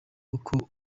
uko